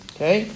Okay